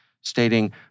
Stating